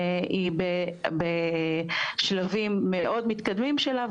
היא בשלבים מאוד מתקדמים שלה.